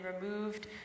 removed